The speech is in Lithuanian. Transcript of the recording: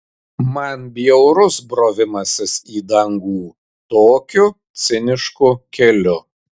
man bjaurus brovimasis į dangų tokiu cinišku keliu